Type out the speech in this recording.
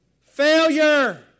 failure